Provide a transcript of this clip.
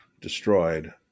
destroyed